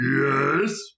Yes